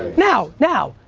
now, now,